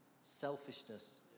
selfishness